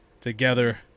together